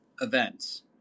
events